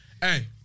Hey